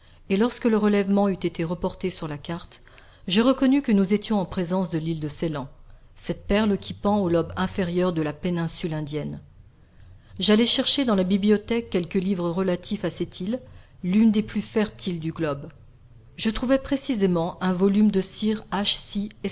et lorsque le relèvement eut été reporté sur la carte je reconnus que nous étions en présence de l'île de ceylan cette perle qui pend au lobe inférieur de la péninsule indienne j'allai chercher dans la bibliothèque quelque livre relatif à cette île l'une des plus fertiles du globe je trouvai précisément un volume de sirr